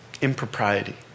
impropriety